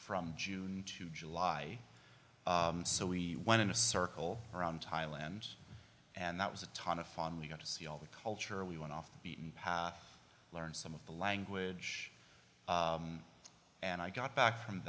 from june to july so we went in a circle around thailand and that was a ton of fun we got to see all the culture we went off the beaten path learn some of the language and i got back from